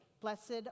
Blessed